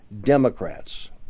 Democrats